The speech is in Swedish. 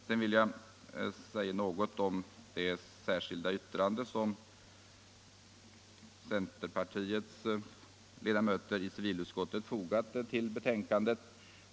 Sédan vill-jag säga några ord om det särskilda yttrande som vi centerledamöter i civilutskottet har fogat till betänkandet.